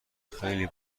خیلی